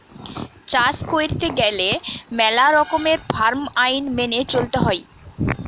চাষ কইরতে গেলে মেলা রকমের ফার্ম আইন মেনে চলতে হৈ